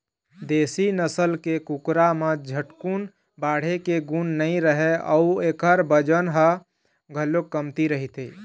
देशी नसल के कुकरा म झटकुन बाढ़े के गुन नइ रहय अउ एखर बजन ह घलोक कमती रहिथे